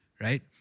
right